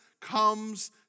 comes